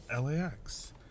LAX